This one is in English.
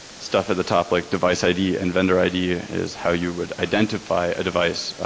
stuff in the top like device i d. and vendor i d. is how you would identify a device.